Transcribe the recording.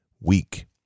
weak